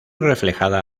reflejada